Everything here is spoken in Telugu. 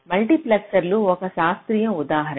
మల్టీప్లెక్సర్లు ఒక శాస్త్రీయ ఉదాహరణ